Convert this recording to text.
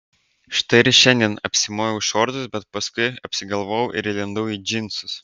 štai ir šiandien apsimoviau šortus bet paskui apsigalvojau ir įlindau į džinsus